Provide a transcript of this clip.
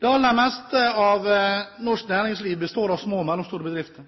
Det aller meste av norsk næringsliv består av små og mellomstore bedrifter.